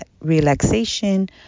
relaxation